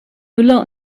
müller